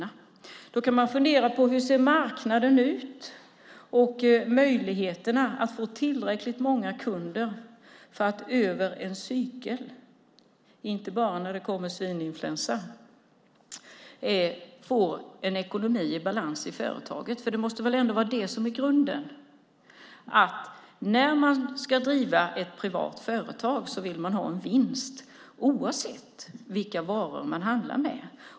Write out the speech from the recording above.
I så fall kan man fundera på hur marknaden ser ut och på möjligheten att få tillräckligt många kunder för att över en cykel - inte bara när svininfluensan kommer - få en ekonomi i balans i företaget. Målet måste vara att man, när man driver ett företag, vill gå med vinst, oavsett vilka varor man handlar med.